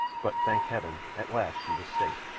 but, thank heaven, at last she was safe!